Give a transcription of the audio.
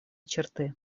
черты